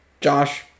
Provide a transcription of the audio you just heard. josh